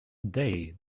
day